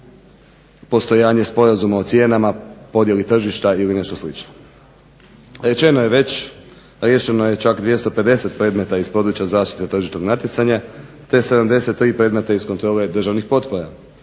postojanje sporazuma o cijenama, podjeli tržišta ili nešto slično. Rečeno je već riješeno je čak 250 predmeta iz područja zaštite tržišnog natjecanja te 73 predmeta iz kontrole državnih potpora